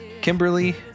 Kimberly